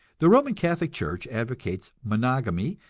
the roman catholic church advocates monogamy,